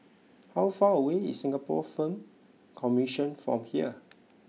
how far away is Singapore Film Commission from here